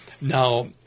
Now